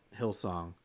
Hillsong